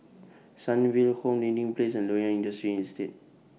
Sunnyville Home Dinding Place and Loyang Industrial Estate